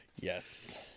Yes